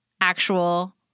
actual